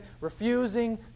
refusing